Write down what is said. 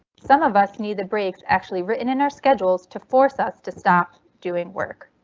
some of us need the breaks actually written in our schedules to force us to stop doing work.